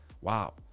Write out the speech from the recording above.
wow